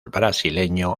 brasileño